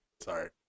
sorry